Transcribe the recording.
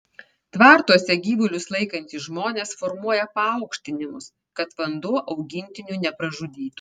tvartuose gyvulius laikantys žmonės formuoja paaukštinimus kad vanduo augintinių nepražudytų